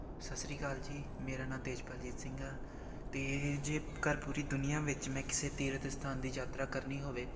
ਸਤਿ ਸ਼੍ਰੀ ਅਕਾਲ ਜੀ ਮੇਰਾ ਨਾਂ ਤੇਜਪਾਲਜੀਤ ਸਿੰਘ ਆ ਅਤੇ ਜੇਕਰ ਪੂਰੀ ਦੁਨੀਆਂ ਵਿੱਚ ਮੈਂ ਕਿਸੇ ਤੀਰਥ ਸਥਾਨ ਦੀ ਯਾਤਰਾ ਕਰਨੀ ਹੋਵੇ